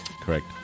Correct